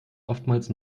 oftmals